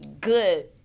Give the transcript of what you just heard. good